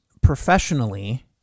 professionally